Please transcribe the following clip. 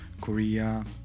Korea